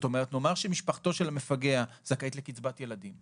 נאמר שמשפחתו של המפגע זכאית לקצבת ילדים,